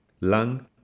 lung